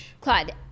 Claude